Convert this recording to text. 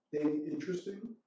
interesting